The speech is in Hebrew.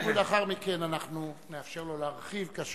מבקש